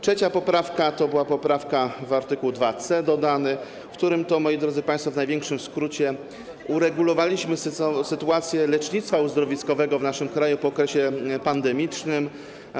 Trzecia poprawka to była poprawka dotycząca art. 2c, dodanego, w którym, moi drodzy państwo, w największym skrócie uregulowaliśmy sytuację lecznictwa uzdrowiskowego w naszym kraju po okresie pandemicznym.